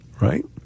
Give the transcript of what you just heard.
Right